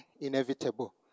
inevitable